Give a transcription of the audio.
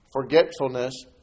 forgetfulness